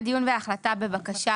וההחלטה בבקשה